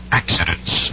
accidents